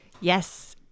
Yes